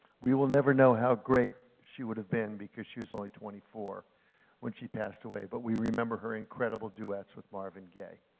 we will never know how great she would have been because she was only twenty four when she passed away. but we remember her incredible duets with marvin gaye.